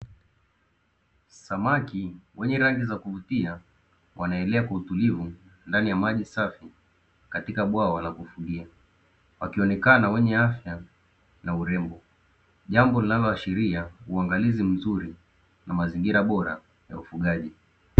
Samaki wenye rangi za kuvutia wanaelea kwa utulivu ndani ya maji safi katika bwawa la kufugia, wakionekana wenye afya na urembo, jambo linaloashiria uangalizi mzuri na mazingira bora ya ufugaji.